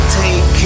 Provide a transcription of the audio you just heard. take